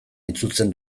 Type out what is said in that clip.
itzultzen